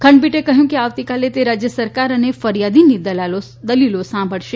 ખંડપીઠે કહ્યું કે આવતીકાલે તે રાજ્ય સરકાર અને ફરીયાદી ની દલીલો સાંભળશે